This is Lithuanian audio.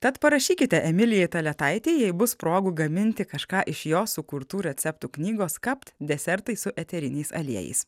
tad parašykite emilijai taletaitei jei bus progų gaminti kažką iš jos sukurtų receptų knygos kapt desertai su eteriniais aliejais